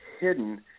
hidden